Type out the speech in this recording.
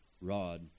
rod